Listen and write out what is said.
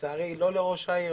לצערי היא לא דיווחה לא לראש העיר,